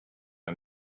are